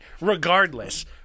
regardless